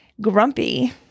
grumpy